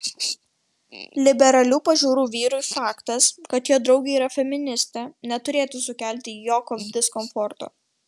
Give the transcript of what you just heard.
liberalių pažiūrų vyrui faktas kad jo draugė yra feministė neturėtų sukelti jokio diskomforto